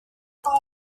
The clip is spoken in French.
ainsi